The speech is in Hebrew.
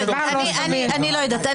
אני לא יודעת.